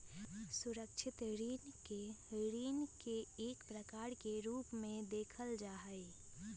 सुरक्षित ऋण के ऋण के एक प्रकार के रूप में देखल जा हई